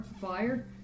fire